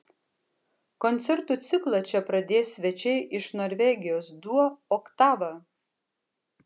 koncertų ciklą čia pradės svečiai iš norvegijos duo oktava